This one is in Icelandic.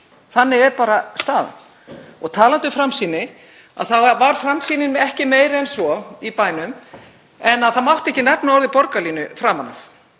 Þannig er bara staðan og talandi um framsýni þá var framsýnin ekki meiri en svo í bænum að það mátti ekki nefna orðið borgarlína framan af.